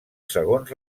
segons